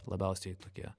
labiausiai tokie